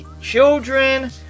children